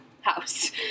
house